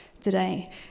today